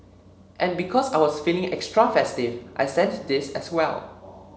and because I was feeling extra festive I sent this as well